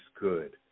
good